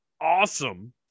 awesome